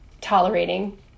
tolerating